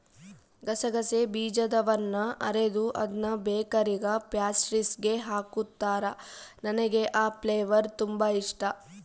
ಗಸಗಸೆ ಬೀಜದವನ್ನ ಅರೆದು ಅದ್ನ ಬೇಕರಿಗ ಪ್ಯಾಸ್ಟ್ರಿಸ್ಗೆ ಹಾಕುತ್ತಾರ, ನನಗೆ ಆ ಫ್ಲೇವರ್ ತುಂಬಾ ಇಷ್ಟಾ